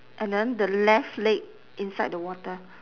and then the left leg inside the water